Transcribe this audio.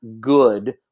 good